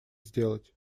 сделать